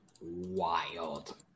wild